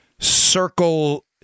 Circle